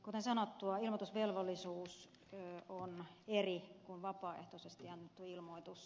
kuten sanottua ilmoitusvelvollisuus on eri kuin vapaaehtoisesti annettu ilmoitus